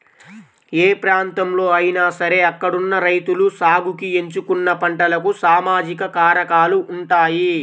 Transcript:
ఏ ప్రాంతంలో అయినా సరే అక్కడున్న రైతులు సాగుకి ఎంచుకున్న పంటలకు సామాజిక కారకాలు ఉంటాయి